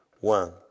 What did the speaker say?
one